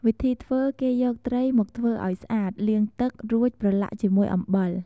វិធីធ្វើ គេយកត្រីមកធ្វើឱ្យស្អាត លាងទឹក រួចប្រឡាក់ជាមួយអំបិល។